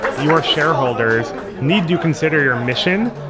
your shareholders need to consider your mission,